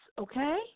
okay